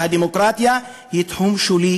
והדמוקרטיה היא תחום שולי,